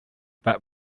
but